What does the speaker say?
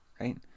right